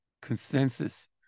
consensus